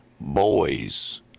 boys